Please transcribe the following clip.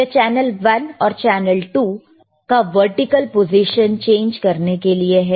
यह चैनल 1 और channel 2 vertical position change करने के लिए है